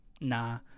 nah